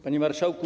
Panie Marszałku!